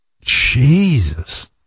Jesus